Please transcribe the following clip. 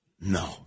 No